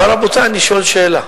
אבל, רבותי, אני שואל שאלה,